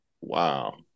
wow